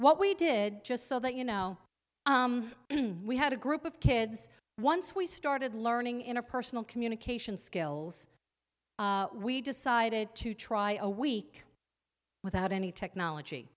what we did just so that you know we had a group of kids once we started learning interpersonal communication skills we decided to try all week without any technology